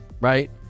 right